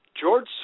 George